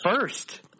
first